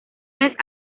mes